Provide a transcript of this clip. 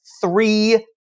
Three